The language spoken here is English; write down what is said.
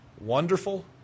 wonderful